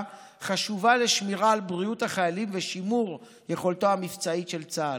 חשובה לשמירה על בריאות החיילים ולשימור יכולתו המבצעית של צה"ל.